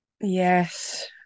Yes